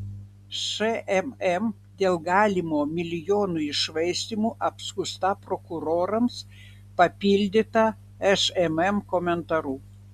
šmm dėl galimo milijonų iššvaistymo apskųsta prokurorams papildyta šmm komentaru